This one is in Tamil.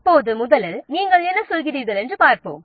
இப்போது முதலில் நீங்கள் என்ன சொல்கிறீர்கள் என்று பார்ப்போம்